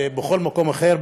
בכל מקום אחר,